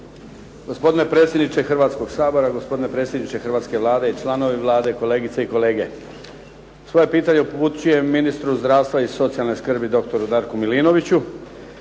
Gospodine predsjedniče Hrvatskoga sabora, gospodine predsjedniče hrvatske Vlade, članovi Vlade, kolegice i kolege. Svoje upućujem ministru zdravstva i socijalne skrbi doktoru Darku Milinoviću.